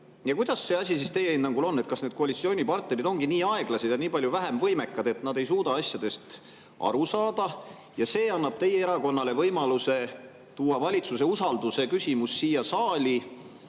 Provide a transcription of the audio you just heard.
Kuidas see asi siis teie hinnangul on? Kas need koalitsioonipartnerid ongi nii aeglased ja vähem võimekad, et nad ei suuda asjadest aru saada, ja see annab teie erakonnale võimaluse tuua valitsuse usalduse küsimus siia saali